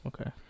okay